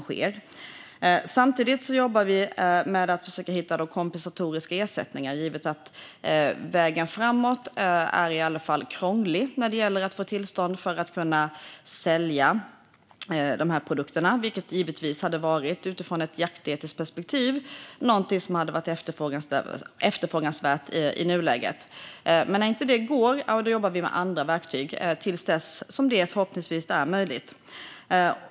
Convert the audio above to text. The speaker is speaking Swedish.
Samtidigt jobbar vi med att försöka hitta kompensatoriska ersättningar givet att vägen framåt i alla fall är krånglig när det gäller att få tillstånd att sälja produkterna, vilket givetvis från ett jaktetiskt perspektiv hade varit eftersträvansvärt i nuläget. Men när det inte går jobbar vi med andra verktyg till dess att det förhoppningsvis är möjligt.